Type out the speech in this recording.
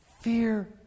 Fear